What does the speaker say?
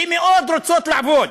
שמאוד רוצות לעבוד.